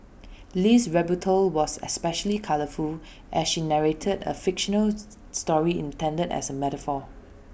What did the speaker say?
Lee's rebuttal was especially colourful as she narrated A fictional story intended as A metaphor